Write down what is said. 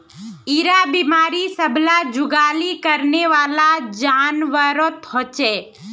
इरा बिमारी सब ला जुगाली करनेवाला जान्वारोत होचे